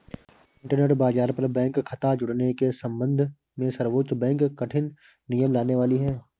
internet बाज़ार पर bank खता जुड़ने के सम्बन्ध में सर्वोच्च बैंक कठिन नियम लाने वाली है